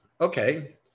okay